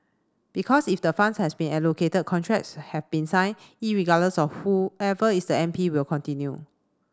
because if the funds has been allocated contracts have been signed regardless of who ever is the M P will continue